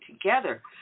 together